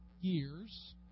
years